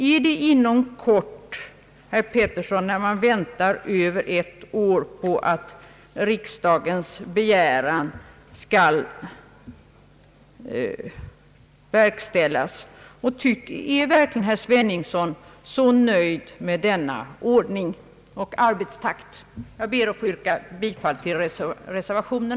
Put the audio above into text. Är det »inom kort», herr Georg Pettersson, när man väntat över ett år på att riksdagens begäran skall verkställas? Är verkligen herr Sveningsson nöjd med denna ordning och arbetstakt? Herr talman! Jag ber att få yrka bifall till reservationen.